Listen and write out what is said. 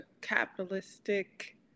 capitalistic